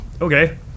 Okay